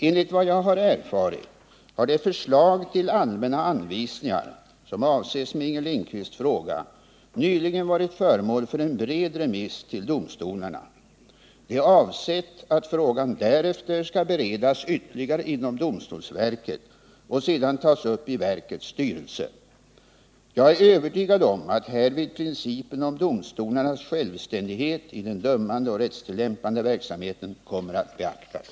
Enligt vad jag har erfarit har det förslag till allmänna anvisningar som avses med Inger Lindquists fråga nyligen varit föremål för en bred remiss till domstolarna. Det är avsett att frågan därefter skall beredas ytterligare inom domstolsverket och sedan tas upp i verkets styrelse. Jag är övertygad om att härvid principen om domstolarnas självständighet i den dömande och rättstillämpande verksamheten kommer att beaktas.